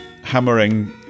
hammering